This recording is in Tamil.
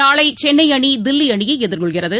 நாளைசென்னைஅணிதில்லிஅணியைஎதிர்கொள்கிறது